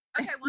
Okay